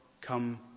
come